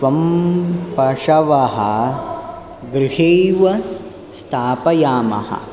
त्वं पशवः गृहैव स्थापयामः